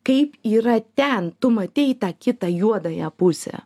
kaip yra ten tu matei tą kitą juodąją pusę